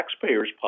taxpayer's